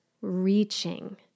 reaching